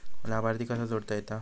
लाभार्थी कसा जोडता येता?